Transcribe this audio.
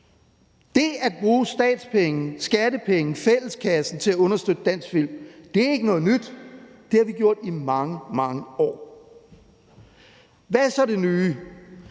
Det at bruge statspenge, skattepenge eller penge fra fælleskassen til at understøtte dansk film er ikke noget nyt. Det har vi gjort i mange, mange år. Hvad er så det nye?